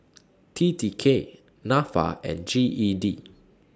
T T K Nafa and G E D